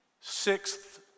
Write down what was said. Sixth